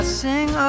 sing